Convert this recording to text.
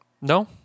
No